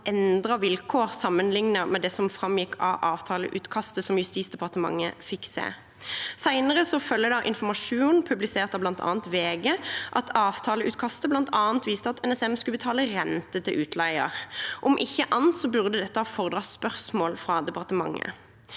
endrede vilkår sammenlignet med det som framgikk av avtaleutkastet Justisdepartementet fikk se. Senere følger det av informasjon publisert av bl.a. VG at avtaleutkastet viste at NSM skulle betale renter til utleier. Om ikke annet burde dette ha fordret spørsmål fra departementet.